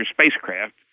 spacecraft